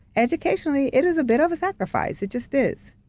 educationally, it is a bit of a sacrifice. it just is.